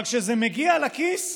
אבל כשזה מגיע לכיס,